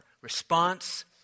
response